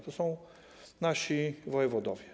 To są nasi wojewodowie.